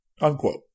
unquote